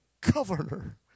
governor